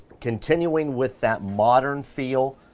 continuing with that modern feel.